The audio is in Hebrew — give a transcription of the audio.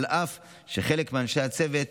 אף שחלק מאנשי הצוות,